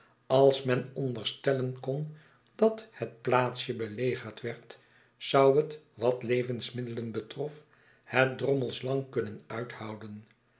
als men onderstelien kon dat het plaatsje belegerd werd zou het wat levensmiddelen betrof het drommels lang kunnen uithouden